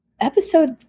episode